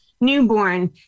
newborn